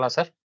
Sir